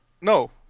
No